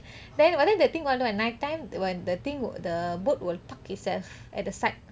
then but then the thing at night time when the thing the boat will park itself at the side